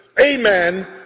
amen